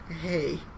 hey